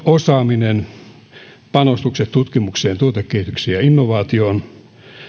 osaaminen panostukset tutkimukseen tuotekehitykseen ja innovaatioon